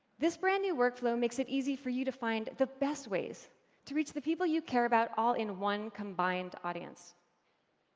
this brand new workflow makes it easy for you to find the best ways to reach the people you care about all in one combined audience.